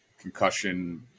concussion